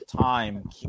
time